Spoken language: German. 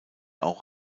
auch